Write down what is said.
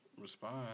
respond